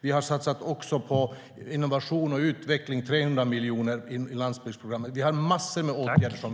Vi har också satsat 300 miljoner i landsbygdsprogrammet på innovation och utveckling.